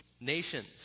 nations